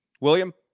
William